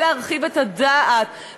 ולהרחיב את הדעת,